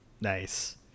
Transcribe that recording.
Nice